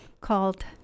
called